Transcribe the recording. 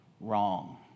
wrong